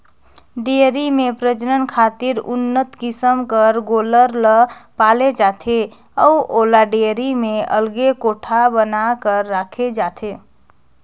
dairy में प्रजनन खातिर उन्नत किसम कर गोल्लर ल पाले जाथे अउ ओला डेयरी में अलगे कोठा बना कर राखे जाथे